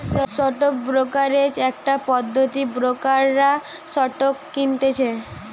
stock brokerage একটা পদ্ধতি ব্রোকাররা স্টক কিনতেছে